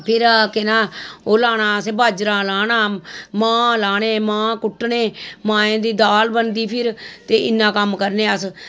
फिर केह् नां ओह् लाना असें बाजरा लाना मांह् लाने मांह् कुट्टने माहें दी दाल बनदी फिर ते इन्ना कम्म करने अस